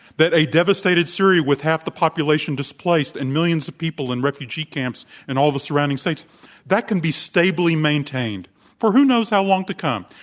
that a devastated syria with half the population displaced and millions of people in refugee camps in all the surrounding states that can be stably maintained for who knows how long to come.